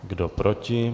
Kdo proti?